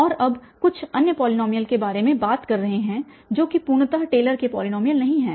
और अब कुछ अन्य पॉलीनॉमियल के बारे में बात कर रहे हैं जो की पूर्णतः टेलर के पॉलीनॉमियल नहीं है